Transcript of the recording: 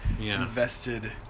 invested